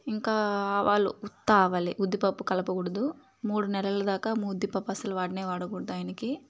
ఇంకా వాళ్ళు ఉత్త ఆవాలే ఉద్ది పప్పు కలపకూడదు మూడు నెలలు దాకా ఉద్దిపప్పు అస్సలు వాడనే వాడకూడదాయనికి